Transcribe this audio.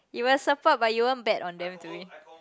you'll support but you won't bet on them doing